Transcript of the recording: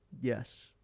Yes